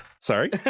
Sorry